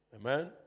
Amen